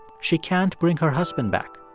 she can't bring her husband back.